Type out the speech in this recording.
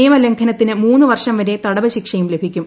നിയമലംഘനത്തിന് മൂന്നു് പ്പർഷം വരെ തടവ് ശിക്ഷയും ലഭിക്കും